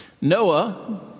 Noah